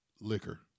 liquor